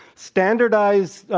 standardized,